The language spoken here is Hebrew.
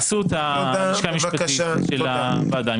עשו אותה הלשכה המשפטית של הוועדה.